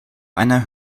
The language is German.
einer